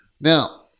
Now